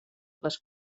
les